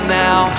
now